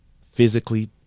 physically